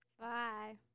Bye